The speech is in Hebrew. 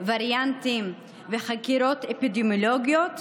"וריאנטים" ו"חקירות אפידמיולוגיות",